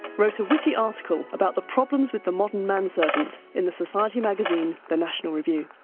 wrote a witty article about the problems with the modern man servant in the society magazine the national review.